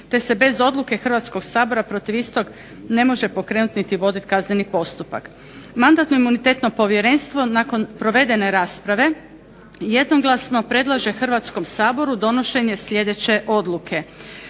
te se bez odluke Hrvatskog sabora protiv istog ne može pokrenuti niti voditi kazneni postupak. Mandatno-imunitetno povjerenstvo nakon provedene rasprave jednoglasno predlaže Hrvatskom saboru donošenje sljedeće odluke: